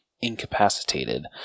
incapacitated